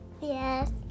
Yes